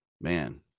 man